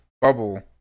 bubble